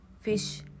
fish